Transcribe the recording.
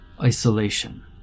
Isolation